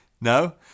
No